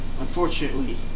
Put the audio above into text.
Unfortunately